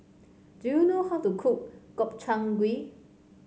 do you know how to cook Gobchang Gui